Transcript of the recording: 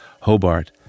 Hobart